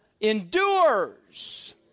endures